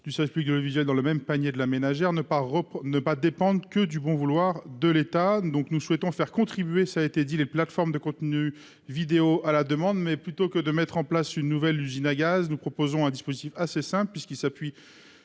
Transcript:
le le visuel dans le même panier de la ménagère ne pas ne pas dépendre que du bon vouloir de l'État, donc nous souhaitons faire contribuer, ça a été dit, les plateformes de contenus vidéo à la demande, mais plutôt que de mettre en place une nouvelle usine à gaz, nous proposons un dispositif assez simple puisqu'il s'appuie